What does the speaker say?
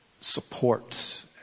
support